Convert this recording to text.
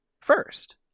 first